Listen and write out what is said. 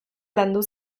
landu